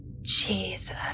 Jesus